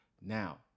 Now